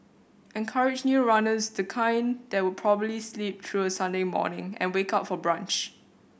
encourage new runners the kind that would probably sleep through a Sunday morning and wake up for brunch